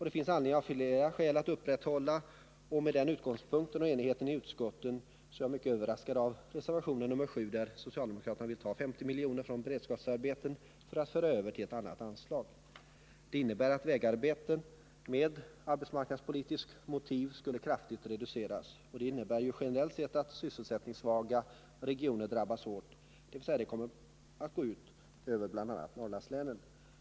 Den finns det av flera skäl anledning att upprätthålla, och med den utgångspunkten och enigheten i utskottet är jag mycket överraskad av reservation 7, enligt vilken socialdemokraterna vill ta 50 milj.kr. från beredskapsarbeten för att föra över till annat anslag. Det innebär att vägarbeten som är arbetsmarknadspolitiskt motiverade skulle kraftigt reduceras, och det innebär ju generellt sett att sysselsättningssvaga regioner drabbas hårt, dvs. att det kommer att gå ut över bl.a. Norrlandslänen.